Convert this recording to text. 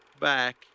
Back